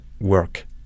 work